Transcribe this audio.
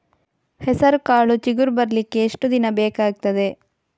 ಹೆಸರುಕಾಳು ಚಿಗುರು ಬರ್ಲಿಕ್ಕೆ ಎಷ್ಟು ದಿನ ಬೇಕಗ್ತಾದೆ?